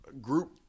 group